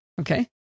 Okay